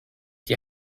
die